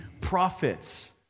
prophets